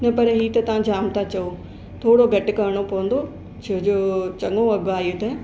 न पर हीउ त तव्हां जामु तव्हां चओ थोरो घटि करिणो पवंदो छो जो चङो अघु आहे इहो त